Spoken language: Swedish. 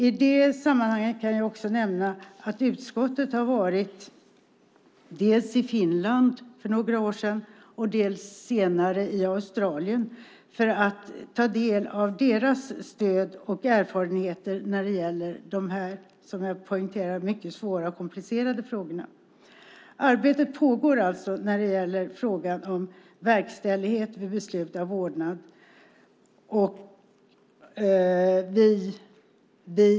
I det sammanhanget kan jag också nämna att utskottet har varit dels i Finland för några år sedan, dels, senare, i Australien för att ta del av deras stöd och erfarenheter när det gäller de här, som jag vill poängtera, mycket svåra och komplicerade frågorna.